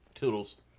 Toodles